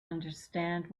understand